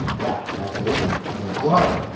yeah absolutely. i mean why.